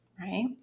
Right